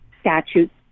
statutes